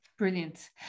Brilliant